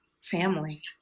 family